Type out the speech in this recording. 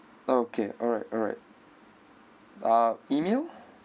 okay alright alright uh email